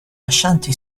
ashanti